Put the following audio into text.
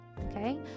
Okay